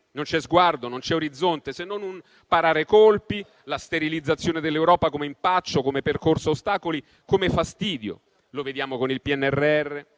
non c'è sguardo, non c'è orizzonte, se non un parare colpi, la sterilizzazione dell'Europa come impaccio, come percorso a ostacoli, come fastidio. Lo vediamo con il PNRR